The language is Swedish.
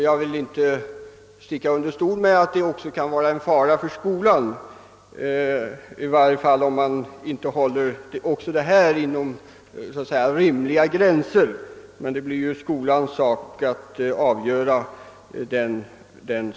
Jag vill inte sticka under stol med att det också kan vara en fara för skolan, i varje fall om verksamheten inte hålls inom rimliga gränser. Men det är ju skolans sak att avgöra den saken.